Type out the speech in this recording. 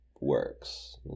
works